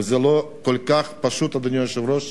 אדוני היושב-ראש,